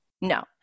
no